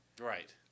Right